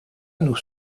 nous